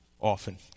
Often